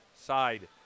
side